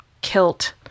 kilt